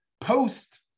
post